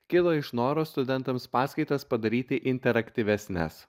kilo iš noro studentams paskaitas padaryti interaktyvesnes